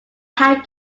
had